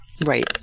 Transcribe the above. Right